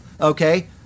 okay